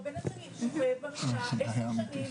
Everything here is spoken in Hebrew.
הבן שלי שוכב במיטה 10 שנים,